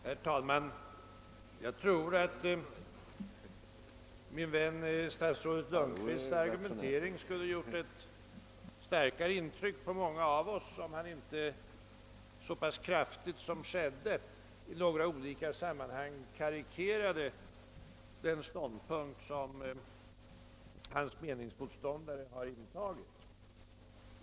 Herr talman! Jag tror att min vän statsrådet Lundkvists argumentering skulle ha gort ett starkare intryck på många av oss om han inte i några sammanhang så kraftigt karikerat sina meningsmotståndares synpunkter.